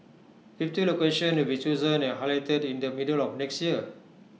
fifty locations will be chosen and highlighted in the middle of next year